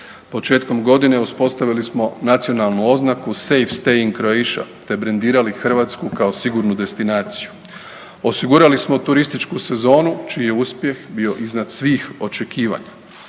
Početkom godine uspostavili smo nacionalnu oznaku Safe staying Croatia te brendirali Hrvatsku kao sigurnu destinaciju. Osigurali smo turističku sezonu čiji je uspjeh bio iznad svih očekivanja.